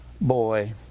boy